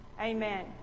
Amen